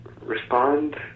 respond